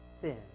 sin